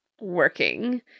working